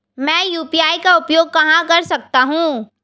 मैं यू.पी.आई का उपयोग कहां कर सकता हूं?